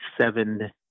seven